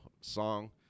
song